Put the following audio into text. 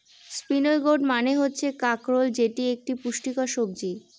spiny gourd মানে হচ্ছে কাঁকরোল যেটি একটি পুষ্টিকর সবজি